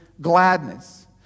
gladness